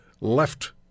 left